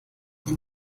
hier